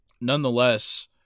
nonetheless